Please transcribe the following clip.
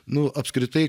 nu apskritai